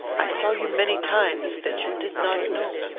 i saw you many times that you did not know.